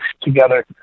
together